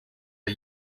are